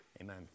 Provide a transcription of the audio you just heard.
amen